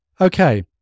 Okay